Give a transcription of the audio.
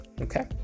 okay